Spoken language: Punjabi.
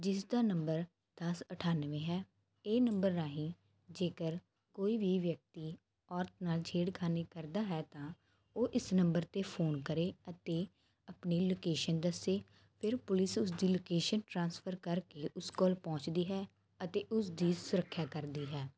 ਜਿਸ ਦਾ ਨੰਬਰ ਦਸ ਅਠਾਨਵੇਂ ਹੈ ਇਹ ਨੰਬਰ ਰਾਹੀਂ ਜੇਕਰ ਕੋਈ ਵੀ ਵਿਅਕਤੀ ਔਰਤ ਨਾਲ ਛੇੜਖਾਨੀ ਕਰਦਾ ਹੈ ਤਾਂ ਉਹ ਇਸ ਨੰਬਰ 'ਤੇ ਫੋਨ ਕਰੇ ਅਤੇ ਆਪਣੀ ਲੋਕੇਸ਼ਨ ਦੱਸੇ ਫਿਰ ਪੁਲਿਸ ਉਸਦੀ ਲੋਕੇਸ਼ਨ ਟ੍ਰਾਂਸਫਰ ਕਰਕੇ ਉਸ ਕੋਲ ਪਹੁੰਚਦੀ ਹੈ ਅਤੇ ਉਸ ਦੀ ਸੁਰੱਖਿਆ ਕਰਦੀ ਹੈ